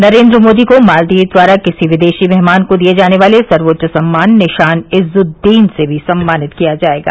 नरेंद्र मोदी को मालदीव द्वारा किसी विदेशी मेहमान को दिये जाने वाले सर्वोच्च सम्मान निशान इज्जुद्दीन से भी सम्मानित किया जाएगा